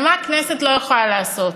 אבל מה הכנסת לא יכולה לעשות?